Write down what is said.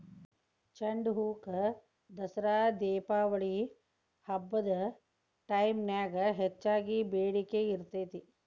ಚಂಡುಹೂಕ ದಸರಾ ದೇಪಾವಳಿ ಹಬ್ಬದ ಟೈಮ್ನ್ಯಾಗ ಹೆಚ್ಚಗಿ ಬೇಡಿಕಿ ಇರ್ತೇತಿ